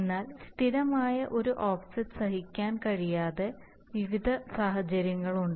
എന്നാൽ സ്ഥിരമായ ഒരു ഓഫ്സെറ്റ് സഹിക്കാൻ കഴിയാത്ത വിവിധ സാഹചര്യങ്ങളുണ്ട്